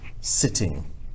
sitting